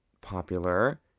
popular